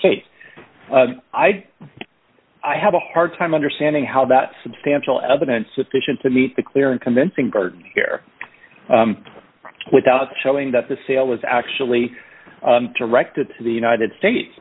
states i i have a hard time understanding how that substantial evidence efficient to meet the clear and convincing card here without showing that the sale was actually directed to the united states